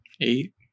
Eight